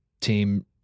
team